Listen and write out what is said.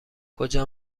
کجا